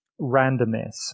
randomness